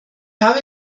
habe